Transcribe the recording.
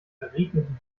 verregneten